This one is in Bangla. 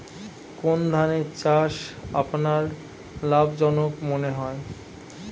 কোন ধানের চাষ আপনার লাভজনক মনে হয়?